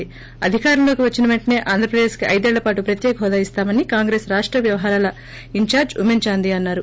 ి అధికారంలోకి వచ్చిన పెంటనే ఆంధ్రపదేశ్ కి ఐదేళ్ల పాటు ప్రత్యేక హోదా ఇస్తామని కాంగ్రెస్ రాష్ట వ్యవహారాల ఇస్ఛార్ల్ ఊమెస్ చాందీ అన్నారు